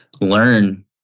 learn